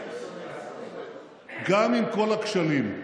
גם עם כל הכשלים,